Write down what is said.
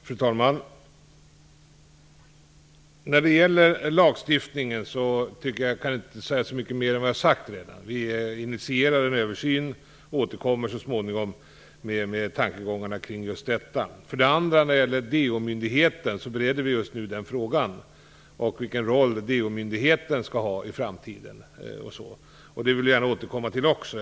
Fru talman! När det gäller lagstiftningen kan jag inte säga så mycket mer än jag har sagt. Vi initierar en översyn och återkommer så småningom med tankegångarna kring just detta. Frågan om vilken roll DO-myndigheten skall ha i framtiden bereder vi just nu. Den vill jag gärna återkomma till också.